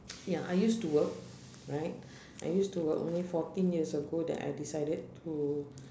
ya I used to work right I used to worked only fourteen years ago that I decided to